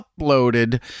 uploaded